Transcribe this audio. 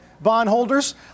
bondholders